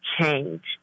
change